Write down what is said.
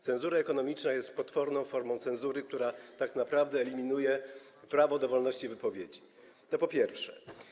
Cenzura ekonomiczna jest potworną formą cenzury, która tak naprawdę eliminuje prawo do wolności wypowiedzi, to po pierwsze.